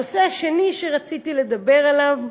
הנושא השני שרציתי לדבר עליו,